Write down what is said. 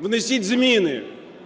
внесіть зміни